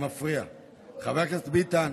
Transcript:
חבר הכנסת ביטן,